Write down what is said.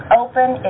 open